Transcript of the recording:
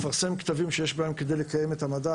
לפרסם כתבים שיש בהם כדי לקיים את המדע.